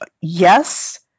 yes